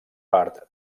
part